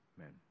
Amen